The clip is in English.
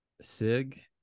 sig